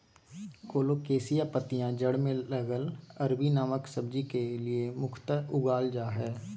colocasia पत्तियां जड़ में लगल अरबी नामक सब्जी के लिए मुख्यतः उगाल जा हइ